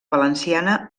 valenciana